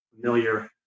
familiar